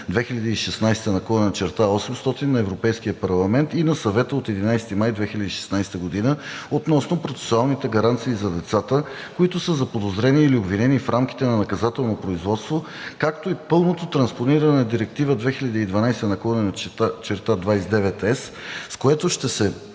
2016/800 на Европейския парламент и на Съвета от 11 май 2016 г. относно процесуалните гаранции за децата, които са заподозрени или обвинени в рамките на наказателното производство, както и пълното транспониране на Директива 2012/29/ЕС, с което ще се